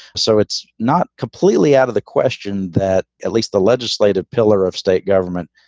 so it's not completely out of the question that at least the legislative pillar of state government.